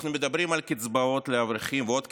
אנחנו מדברים על קצבאות לאברכים ועוד קצבאות,